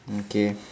okay